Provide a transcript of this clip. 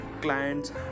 clients